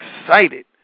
excited